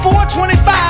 4.25